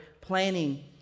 planning